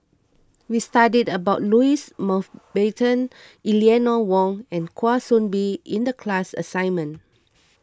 we studied about Louis Mountbatten Eleanor Wong and Kwa Soon Bee in the class assignment